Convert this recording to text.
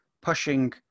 pushing